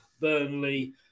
Burnley